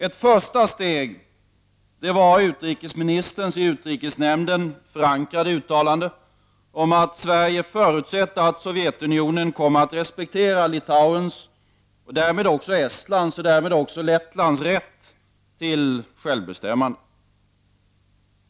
Ett första steg var utrikesministerns i utrikesnämnden förankrade uttalande om att Sverige förutsätter att Sovjetunionen kommer att respektera Litauens och därmed också Estlands och Lettlands rätt till självbestämmande.